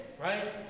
right